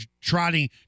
trotting